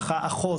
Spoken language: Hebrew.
אחות,